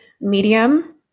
medium